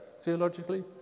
theologically